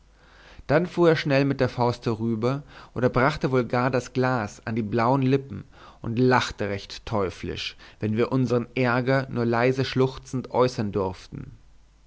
dann fuhr er schnell mit der faust herüber oder brachte wohl gar das glas an die blauen lippen und lachte recht teuflisch wenn wir unsern ärger nur leise schluchzend äußern durften